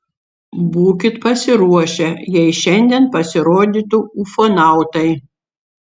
būkit pasiruošę jei šiandien pasirodytų ufonautai